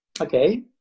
Okay